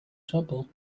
trouble